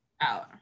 out